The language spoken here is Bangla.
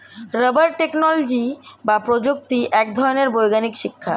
রাবার টেকনোলজি বা প্রযুক্তি এক ধরনের বৈজ্ঞানিক শিক্ষা